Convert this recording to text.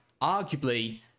Arguably